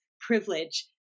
privilege